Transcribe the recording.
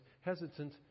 hesitant